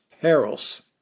Perils